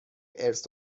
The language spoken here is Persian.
ارث